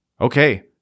Okay